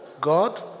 God